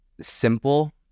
simple